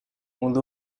منذ